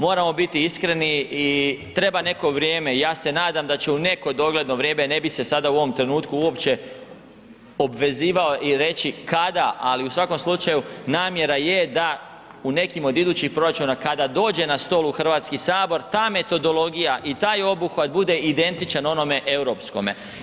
Moramo biti iskreni i treba neko vrijeme i ja se nadam da će u neko dogledno vrijeme, ne bih se sada u ovom trenutku uopće obvezivao i reći kada, ali u svakom slučaju namjera je da u nekim od idućih proračuna kada dođe na stol u Hrvatski sabor ta metodologija i taj obuhvat bude identičan onome europskome.